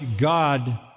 God